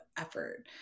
effort